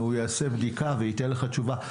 הוא יעשה בדיקה וייתן לך תשובה.